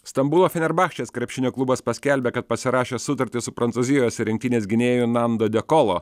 stambulo fenerbachčės krepšinio klubas paskelbė kad pasirašė sutartį su prancūzijos rinktinės gynėju nando dekolo